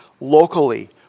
locally